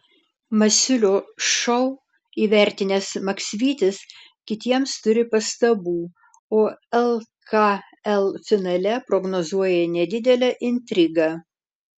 masiulio šou įvertinęs maksvytis kitiems turi pastabų o lkl finale prognozuoja nedidelę intrigą